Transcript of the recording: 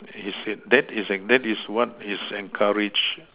he said that is at that is what is encouraged